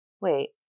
Wait